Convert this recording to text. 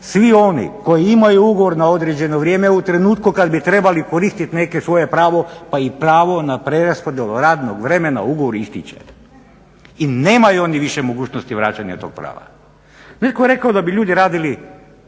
svi oni koji imaju ugovor na određeno vrijeme u trenutku kada bi trebali koristiti neko svoje pravo pa i pravo na preraspodjelu radnog vremena ugovor ističe i nemaju oni više mogućnosti vraćanja tog prava. Netko je rekao da bi ljudi radili